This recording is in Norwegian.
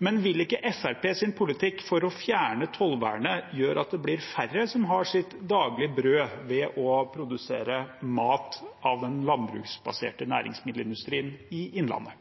Men vil ikke Fremskrittspartiets politikk for å fjerne tollvernet gjøre at det blir færre som har sitt daglige brød ved å produsere mat av den landbruksbaserte næringsmiddelindustrien i Innlandet?